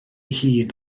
hun